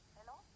Hello